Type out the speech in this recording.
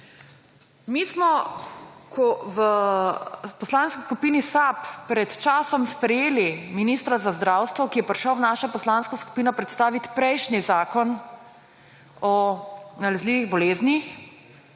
Mi smo v Poslanski skupini SAB pred časom sprejeli ministra za zdravje, ki je prišel v našo poslansko skupino predstaviti prejšnji zakon o nalezljivih boleznih,